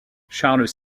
charles